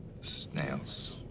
snails